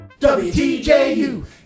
WTJU